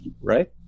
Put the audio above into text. right